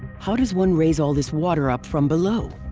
how does one raise all this water up from below?